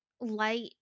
light